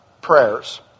prayers